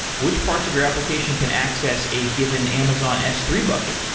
which parts of your application can access a given amazon s three bucket?